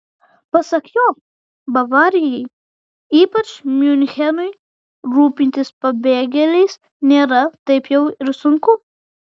pasak jo bavarijai ypač miunchenui rūpintis pabėgėliais nėra taip jau ir sunku